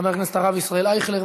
חבר הכנסת הרב ישראל אייכלר,